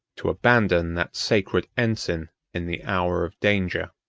to abandon that sacred ensign in the hour of danger.